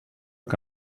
que